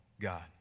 God